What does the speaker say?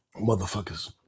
motherfuckers